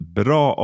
bra